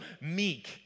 meek